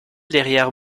derrière